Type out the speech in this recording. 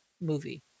movie